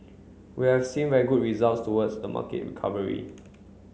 we have seen very good results towards the market recovery